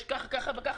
תדעי שיש כך וכך,